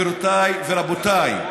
גבירותיי ורבותיי,